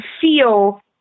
feel